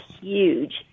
huge